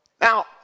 Now